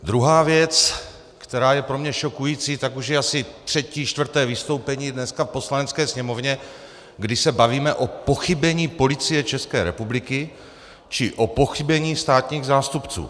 Druhá věc, která je pro mě šokující, je už asi třetí čtvrté vystoupení dneska v Poslanecké sněmovně, kdy se bavíme o pochybení Policie ČR či o pochybení státních zástupců.